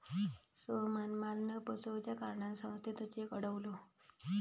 सोहमान माल न पोचवच्या कारणान संस्थेचो चेक अडवलो